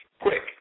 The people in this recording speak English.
Quick